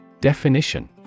Definition